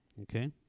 Okay